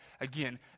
again